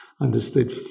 understood